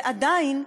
ועדיין,